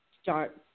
Start